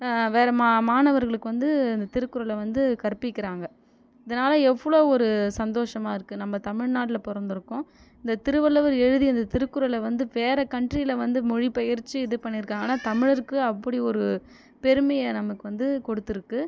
வேறு மா மாணவர்களுக்கு வந்து அந்த திருக்குறளை வந்து கற்பிக்கிறாங்க இதனால் எவ்வளோ ஒரு சந்தோஷமாக இருக்குது நம்ம தமிழ்நாட்டில் பிறந்துருக்கும் இந்த திருவள்ளுவர் எழுதிய அந்த திருக்குறளை வந்து வேறு கண்ட்ரியில் வந்து மொழிப்பெயற்சி இது பண்ணியிருக்காங்க ஆனால் தமிழருக்கு அப்படி ஒரு பெருமையை நமக்கு வந்து கொடுத்துருக்கு